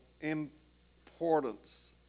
importance